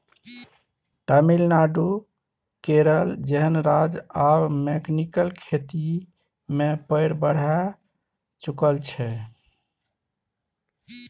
तमिलनाडु, केरल जेहन राज्य आब मैकेनिकल खेती मे पैर बढ़ाए चुकल छै